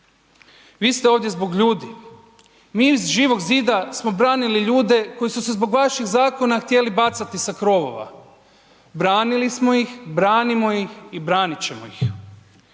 Vi ste ovdje zbog ljudi, mi iz Živog zida smo branili ljude koji su se zbog vaših zakona htjeli bacati sa krovova, branili smo ih, branimo ih i branit ćemo ih.